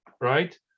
right